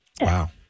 Wow